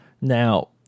Now